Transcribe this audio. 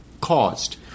caused